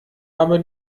aber